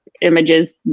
images